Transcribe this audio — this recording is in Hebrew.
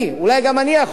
אולי גם אני יכול,